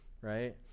Right